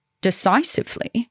decisively